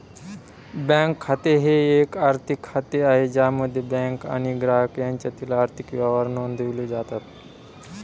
bank खाते हे एक आर्थिक खाते आहे ज्यामध्ये बँक आणि ग्राहक यांच्यातील आर्थिक व्यवहार नोंदवले जातात